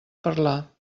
parlar